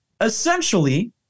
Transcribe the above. Essentially